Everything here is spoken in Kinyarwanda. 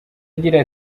agira